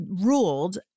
ruled